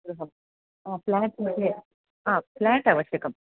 गृहं फ़्लाट्मध्ये ह फ़्लाट् आवश्यकम्